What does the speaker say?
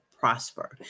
prosper